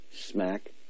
smack